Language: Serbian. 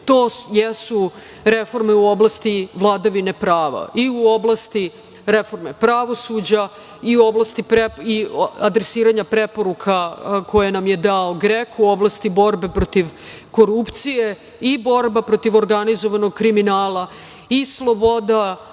to jesu reforme u oblasti vladavine prava i u oblasti reforme pravosuđa i adresiranja preporuka koje nam je dao GREKO u oblasti borbe protiv korupcije i borba protiv organizovanog kriminala i sloboda